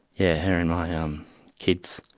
yeah, her and my um kids,